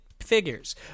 figures